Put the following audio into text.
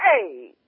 Hey